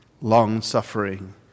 long-suffering